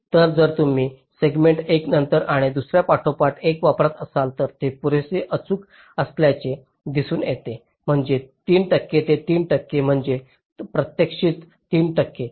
तर जर तुम्ही सेगमेंट्स एका नंतर आणि दुसर्या पाठोपाठ वापरत असाल तर ते पुरेसे अचूक असल्याचे दिसून येते म्हणजे 3 टक्के ते 3 टक्के म्हणजे प्रत्यक्षातील 3 टक्के